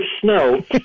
snow